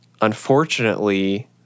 unfortunately